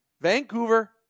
Vancouver